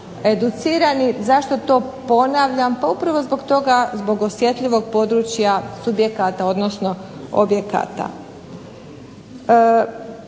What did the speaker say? educirani. Zašto to ponavljam? Pa upravo zbog toga, zbog osjetljivog područja subjekata, odnosno objekata.